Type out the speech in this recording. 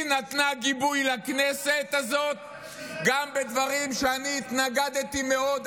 היא נתנה גיבוי לכנסת הזאת גם בדברים שאני התנגדתי מאוד.